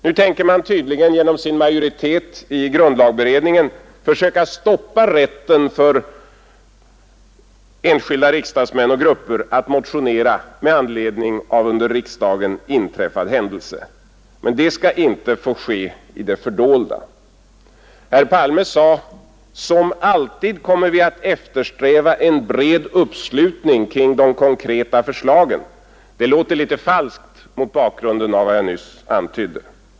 Nu tänker man tydligen genom sin majoritet i grundlagberedningen försöka stoppa rätten för enskilda riksdagsmän och grupper att motionera med anledning av under riksdagen inträffad händelse. Men det skall inte få ske i det fördolda. Herr Palme sade att ”som alltid kommer vi att eftersträva en bred uppslutning kring de konkreta förslagen”. Det låter något falskt mot bakgrund av vad jag nyss antydde.